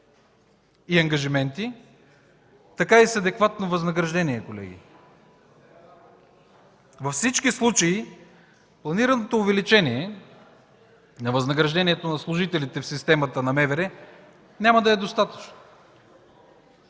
и ангажименти, така и с адекватно възнаграждение, колеги. Във всички случаи планираното увеличение на възнаграждението на служителите в системата на МВР няма да е достатъчно